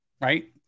Right